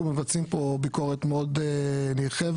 אנחנו מבצעים פה ביקורת מאוד נרחבת,